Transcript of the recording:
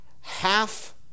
half